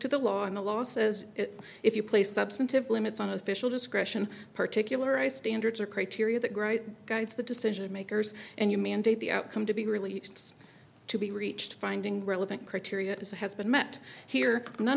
to the law and the law says if you place substantive limits on official discretion particular eye standards or criteria that great guides the decision makers and you mandate the outcome to be really has to be reached finding relevant criteria as has been met here none